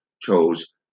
chose